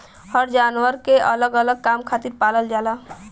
हर जानवर के अलग अलग काम खातिर पालल जाला